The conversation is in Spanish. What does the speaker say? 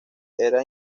era